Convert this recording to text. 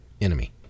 enemy